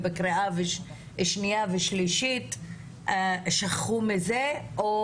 אבל בקריאה השנייה והשלישית שכחו מזה או